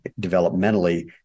developmentally